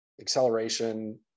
acceleration